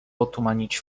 otumanić